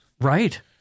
right